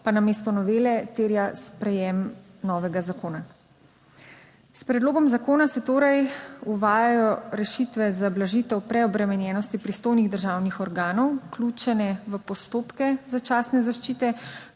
(nadaljevanje) sprejem novega zakona. S predlogom zakona se torej uvajajo rešitve za blažitev preobremenjenosti pristojnih državnih organov, vključene v postopke začasne zaščite,